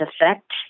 effect